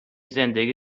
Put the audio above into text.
زندگی